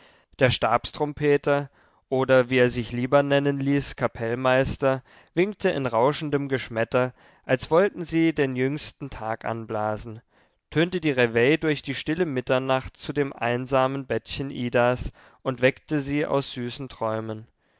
der stabstrompeter oder wie er sich lieber nennen ließ kapellmeister winkte und in rauschendem geschmetter als wollten sie den jüngsten tag anblasen tönte die reveille durch die stille mitternacht zu dem einsamen bettchen idas und weckte sie aus süßen träumen